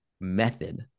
method